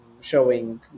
showing